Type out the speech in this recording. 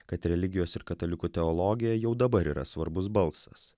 kad religijos ir katalikų teologija jau dabar yra svarbus balsas